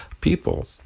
people